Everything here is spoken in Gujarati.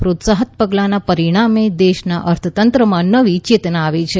પ્રોત્સાહક પગલાના પરીણામે દેશના અર્થતંત્રમાં નવી ચેતના આવી છે